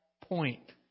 point